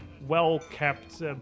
well-kept